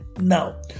now